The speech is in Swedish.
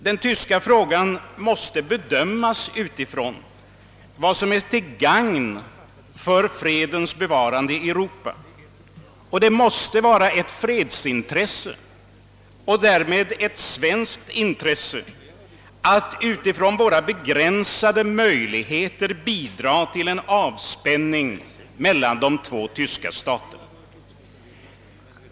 Den tyska frågan måste bedömas utifrån vad som är till gagn för fredens bevarande i Europa, och det måste vara ett fredsintresse och därmed ett svenskt intresse att med våra begränsade möjligheter bidra till en avspänning mellan de två tyska staterna.